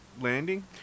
landing